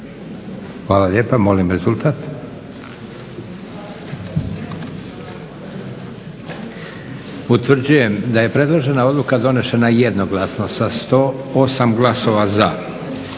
Hvala lijepa. Molim rezultat. Utvrđujem da je predložena odluka donesena jednoglasno sa 108 glasova za.